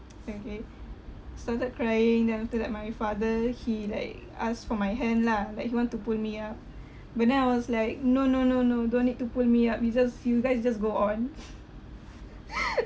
frankly started crying then after that my father he like ask for my hand lah like he want to pull me up but then I was like no no no no don't need to pull me up you just you guys just go on